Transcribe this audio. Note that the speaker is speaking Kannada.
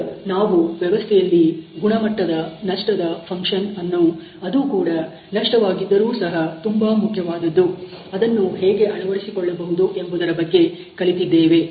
ಈಗ ನಾವು ವ್ಯವಸ್ಥೆಯಲ್ಲಿ ಗುಣಮಟ್ಟದ ನಷ್ಟದ ಫಂಕ್ಷನ್ ಅನ್ನು ಅದು ಕೂಡ ನಷ್ಟವಾಗಿದ್ದರೂ ಸಹ ತುಂಬಾ ಮುಖ್ಯವಾದದ್ದು ಅದನ್ನು ಹೇಗೆ ಅಳವಡಿಸಿಕೊಳ್ಳಬಹುದು ಎಂಬುದರ ಬಗ್ಗೆ ಕಲಿತಿದ್ದೇವೆ